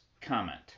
comment